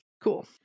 Cool